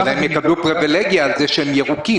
השאלה אם יקבלו פריבילגיה על זה שהם ירוקים?